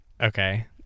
Okay